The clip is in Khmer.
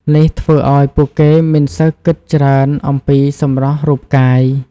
នេះធ្វើឱ្យពួកគេមិនសូវគិតច្រើនអំពីសម្រស់រូបកាយ។